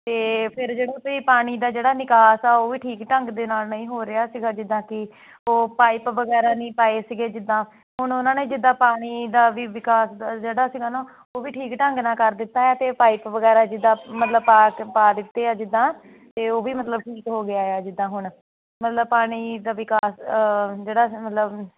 ਅਤੇ ਫਿਰ ਜਿਹੜੇ ਤੁਸੀਂ ਪਾਣੀ ਦਾ ਜਿਹੜਾ ਨਿਕਾਸ ਆ ਉਹ ਵੀ ਠੀਕ ਢੰਗ ਦੇ ਨਾਲ ਨਹੀਂ ਹੋ ਰਿਹਾ ਸੀਗਾ ਜਿੱਦਾਂ ਕਿ ਉਹ ਪਾਈਪ ਵਗੈਰਾ ਨਹੀਂ ਪਾਏ ਸੀਗੇ ਜਿੱਦਾਂ ਹੁਣ ਉਹਨਾਂ ਨੇ ਜਿੱਦਾਂ ਪਾਣੀ ਦਾ ਵੀ ਵਿਕਾਸ ਦਾ ਜਿਹੜਾ ਸੀਗਾ ਨਾ ਉਹ ਵੀ ਠੀਕ ਢੰਗ ਨਾਲ ਕਰ ਦਿੱਤਾ ਹੈ ਅਤੇ ਪਾਈਪ ਵਗੈਰਾ ਜਿੱਦਾਂ ਮਤਲਬ ਪਾ ਪਾ ਦਿੱਤੇ ਆ ਜਿੱਦਾਂ ਅਤੇ ਉਹ ਵੀ ਮਤਲਬ ਠੀਕ ਹੋ ਗਿਆ ਆ ਜਿੱਦਾਂ ਹੁਣ ਮਤਲਬ ਪਾਣੀ ਦਾ ਵਿਕਾਸ ਜਿਹੜਾ ਮਤਲਬ